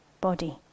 body